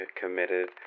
committed